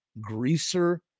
greaser